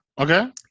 Okay